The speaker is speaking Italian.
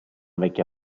vecchia